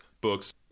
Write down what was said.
books